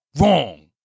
wrong